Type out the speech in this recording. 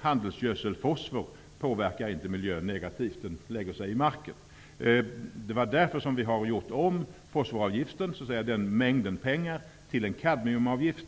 Handelsgödselfosfor påverkar inte miljön negativt, utan lägger sig i marken. Det är därför som vi har gjort om fosforavgiften -- dvs. den mängden pengar -- till en kadmiumavgift.